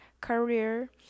career